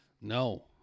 No